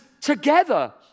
together